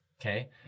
Okay